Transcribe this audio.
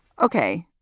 ok,